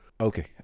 Okay